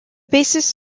basis